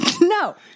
No